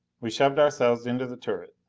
we shoved ourselves into the turret.